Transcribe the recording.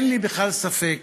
אין לי בכלל ספק